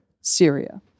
Syria